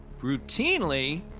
routinely